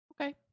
Okay